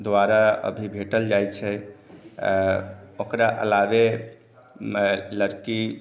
द्वारा अभी भेटल जाइ छै ओकरा अलावे लड़की